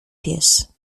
pies